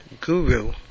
guru